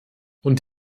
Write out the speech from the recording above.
und